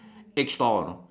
egg store you know